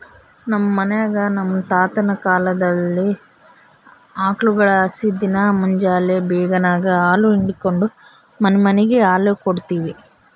ನಮ್ ಮನ್ಯಾಗ ನಮ್ ತಾತುನ ಕಾಲದ್ಲಾಸಿ ಆಕುಳ್ಗುಳಲಾಸಿ ದಿನಾ ಮುಂಜೇಲಿ ಬೇಗೆನಾಗ ಹಾಲು ಹಿಂಡಿಕೆಂಡು ಮನಿಮನಿಗ್ ಹಾಲು ಕೊಡ್ತೀವಿ